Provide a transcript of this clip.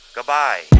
Goodbye